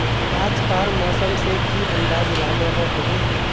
आज कार मौसम से की अंदाज लागोहो होबे?